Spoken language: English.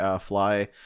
Fly